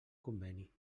conveni